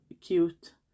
cute